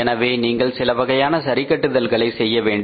எனவே நீங்கள் சில வகையான சரிகட்டுதல்களை செய்ய வேண்டும்